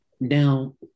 now